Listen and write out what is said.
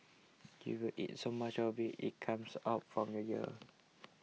you will eat so much of it it comes out from your ears